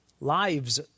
lives